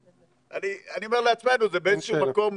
אני אומר לעצמנו, זה באיזה שהוא מקום